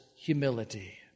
humility